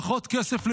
פחות כסף לביטחון,